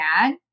dad